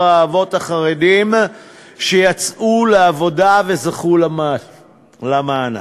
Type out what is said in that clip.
האבות החרדים שיצאו לעבודה וזכו למענק.